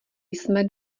jsme